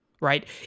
right